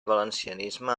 valencianisme